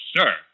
sir